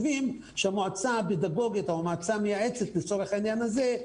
מועצה פדגוגית או מועצה מייעצת לצורך העניין הזה,